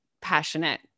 passionate